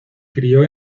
crio